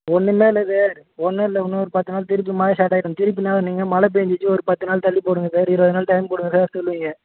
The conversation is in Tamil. ஒன்றுமே இல்லை சார் ஒன்னுமில்ல இன்னொரு பத்துநாள் திருப்பி மழை ஸ்டார்ட் ஆகிடும் திருப்பி நான் நீங்கள் மழை பெஞ்சிச்சு ஒரு பத்து நாள் தள்ளிப்போடுங்க சார் இருபது நாள் டைம் கொடுங்க சார் சொல்லுவீங்க